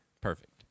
Perfect